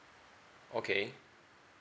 okay